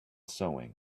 sewing